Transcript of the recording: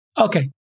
Okay